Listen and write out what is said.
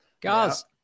Guys